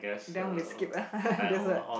then we skip ah this word